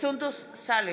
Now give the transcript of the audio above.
סונדוס סאלח,